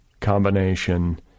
combination